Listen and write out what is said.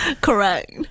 Correct